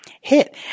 hit